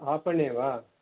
आपणे वा